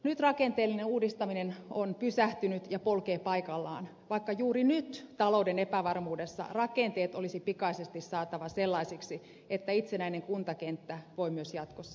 nyt rakenteellinen uudistaminen on pysähtynyt ja polkee paikallaan vaikka juuri nyt talouden epävarmuudessa rakenteet olisi pikaisesti saatava sellaisiksi että itsenäinen kuntakenttä voi myös jatkossa menestyä